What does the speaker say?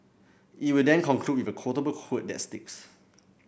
he will then conclude with a quotable quote that sticks